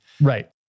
Right